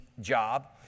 job